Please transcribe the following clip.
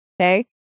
Okay